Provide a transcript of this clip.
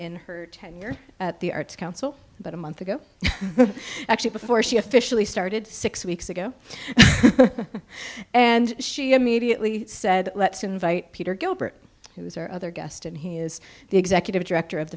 in her tenure at the arts council but a month ago actually before she officially started six weeks ago and she immediately said let's invite peter gilbert who is our other guest and he is the executive director of